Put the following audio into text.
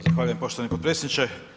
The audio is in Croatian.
Zahvaljujem poštovani potpredsjedniče.